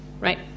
right